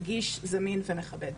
נגיש ומכבד.